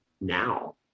now